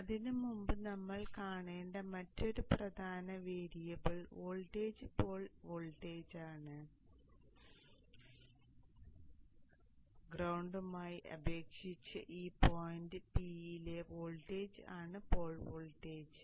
അതിനുമുമ്പ് നമ്മൾ കാണേണ്ട മറ്റൊരു പ്രധാന വേരിയബിൾ വോൾട്ടേജ് പോൾ വോൾട്ടേജാണ് ഗ്രൌണ്ടുമായി അപേക്ഷിച്ച് ഈ പോയൻറ് P യിലെ വോൾട്ടേജ് ആണ് പോൾ വോൾട്ടേജ്